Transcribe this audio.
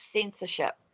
censorship